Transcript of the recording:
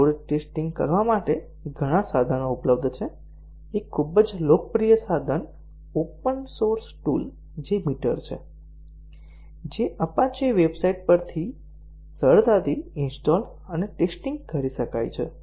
load testing કરવા માટે ઘણા સાધનો ઉપલબ્ધ છે એક ખૂબ જ લોકપ્રિય સાધન open source tool JMeter છે જે અપાચે વેબસાઇટ પરથી સરળતાથી ઇન્સ્ટોલ અને ટેસ્ટીંગ કરી શકાય છે